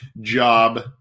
job